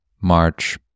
March